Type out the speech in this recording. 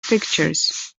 pictures